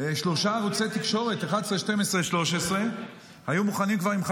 אינו נוכח, חברת הכנסת קארין אלהרר, אינה נוכחת.